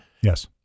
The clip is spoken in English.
Yes